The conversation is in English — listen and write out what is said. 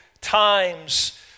times